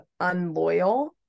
unloyal